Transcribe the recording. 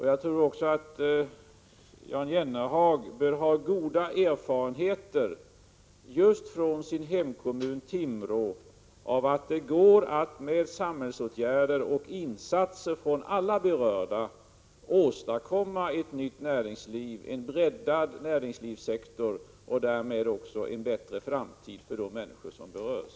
Jag tror också att Jan Jennehag bör ha goda erfarenheter just från sin hemkommun Timrå av att det går att med samhällsåtgärder och insatser från alla berörda åstadkomma en breddad näringslivssektor och därmed också en bättre framtid för de människor som berörs.